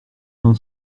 n’en